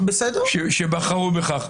שבחרו בכך.